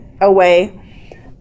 away